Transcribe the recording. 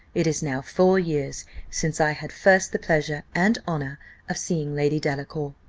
it is now four years since i had first the pleasure and honour of seeing lady delacour.